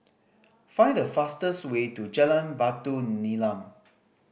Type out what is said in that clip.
find the fastest way to Jalan Batu Nilam